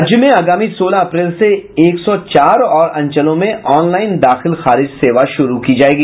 राज्य में आगामी सोलह अप्रैल से एक सौ चार और अंचलों में ऑनलाईन दाखिल खारिज सेवा शुरू की जायेगी